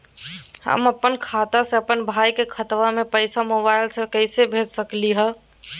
हम अपन खाता से अपन भाई के खतवा में पैसा मोबाईल से कैसे भेज सकली हई?